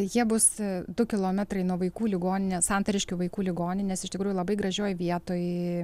jie bus du kilometrai nuo vaikų ligoninės santariškių vaikų ligoninės iš tikrųjų labai gražioj vietoj